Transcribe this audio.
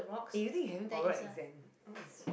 eh you think you having oral exam